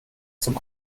zum